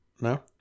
no